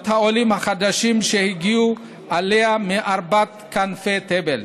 העולים החדשים שהגיעו אליה מארבע כנפי תבל.